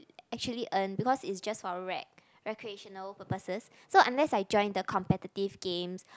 actually earn because it's just for rec recreational purposes so unless I join the competitive games